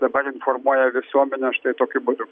dabar informuoja visuomenę štai tokiu būdu